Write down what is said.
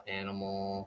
animal